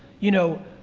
you know,